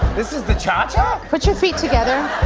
this is the cha-cha? put your feet together.